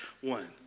one